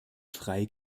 frei